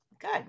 Good